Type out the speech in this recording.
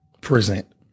present